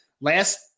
last